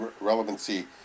relevancy